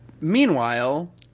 Meanwhile